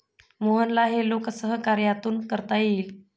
मोहनला हे लोकसहकार्यातून करता येईल